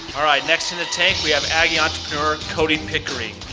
all right, next in the tape, we have aggie entrepreneur cody pickering,